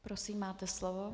Prosím, máte slovo.